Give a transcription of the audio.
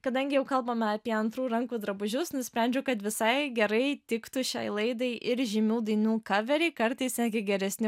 kadangi jau kalbame apie antrų rankų drabužius nusprendžiau kad visai gerai tiktų šiai laidai ir žymių dainų kaveriai kartais netgi geresni